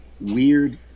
weird